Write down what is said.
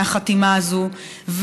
מהחתימה הזאת,